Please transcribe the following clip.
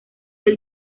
del